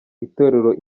itorero